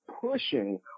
pushing